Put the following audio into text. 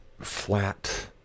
flat